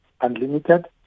unlimited